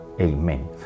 Amen